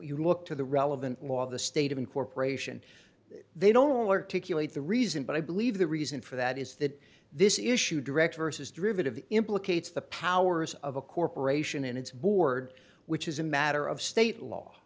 you look to the relevant law the state of incorporation they don't want to kill it the reason but i believe the reason for that is that this issue direct versus derivative implicates the powers of a corporation and its board which is a matter of state law